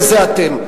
וזה אתם.